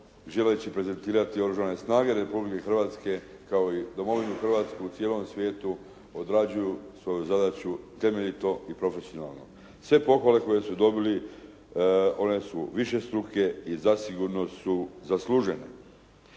želeći prezentirati oružane snage Republike Hrvatske kao i domovinu Hrvatsku u cijelom svijetu odrađuju svoju zadaću temeljito i profesionalno. Sve pohvale koje su dobili one su višestruke i zasigurno su zaslužene.